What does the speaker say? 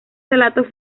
relato